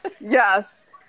Yes